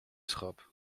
schap